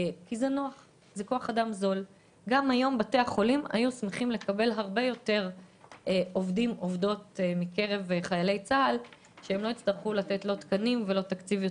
גם בתי החולים היו צריכים לקבל עובדים מהצבא כדי לחסוך בתקנים ובתקציב.